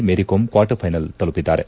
Mary Kom quarter final ತಲುಪಿದ್ದಾರೆ